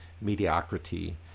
mediocrity